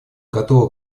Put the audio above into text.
готова